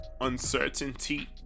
uncertainty